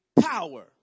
power